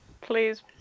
Please